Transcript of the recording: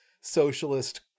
socialist